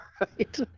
right